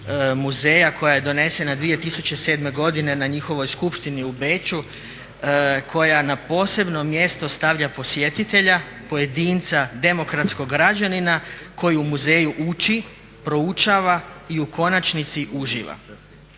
muzeja koja je donesena 2007. godine na njihovoj skupštini u Beču koja na posebno mjesto stavlja posjetitelja, pojedinca, demokratskog građanina koji u muzeju ući, proučava i u konačnici uživa.